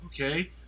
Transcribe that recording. Okay